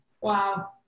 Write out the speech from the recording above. Wow